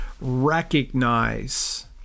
recognize